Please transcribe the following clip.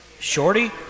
Shorty